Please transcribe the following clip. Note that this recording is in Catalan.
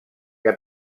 que